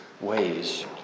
ways